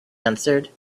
answered